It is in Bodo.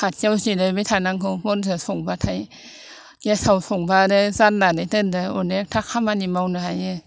खाथियाव जिरायबाय थानांगौ बनजों संब्लाथाय गेसाव संब्ला आरो जाननानै दोनदो खामानि मावनो हायो